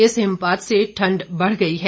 इस हिमपात से ठंड बढ़ गई है